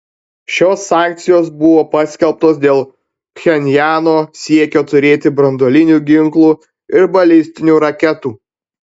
šios sankcijos buvo paskelbtos dėl pchenjano siekio turėti branduolinių ginklų ir balistinių raketų